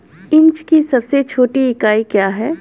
Inch की सबसे छोटी इकाई क्या है?